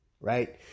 right